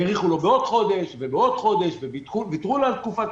האריכו לו בעוד חודש ובעוד חודש וויתרו לו על תקופת